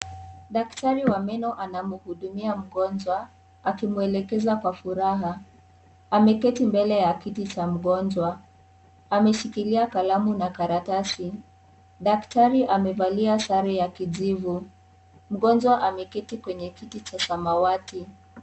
Daktari wa meno anamhudumia mgonjwa, akimwelekeza kwa furaha. Ameketi mbele ya kiti cha mgonjwa. Ameshikilia kalamu na karatasi. Daktari amevalia sare ya kijivu. Mgonjwa ameketi kwenye kiti cha samawati.